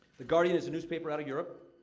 the guardian is a newspaper out of europe.